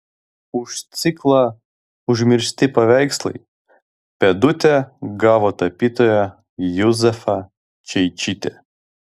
už ciklą užmiršti paveikslai pėdutę gavo tapytoja juzefa čeičytė